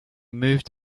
moved